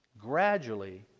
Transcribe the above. gradually